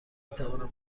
میتوانم